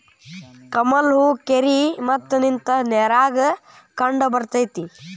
ಕಮಲ ಹೂ ಕೆರಿ ಮತ್ತ ನಿಂತ ನೇರಾಗ ಕಂಡಬರ್ತೈತಿ